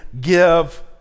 give